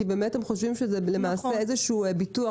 כי הם באמת חושבים שזה איזה שהוא ביטוח,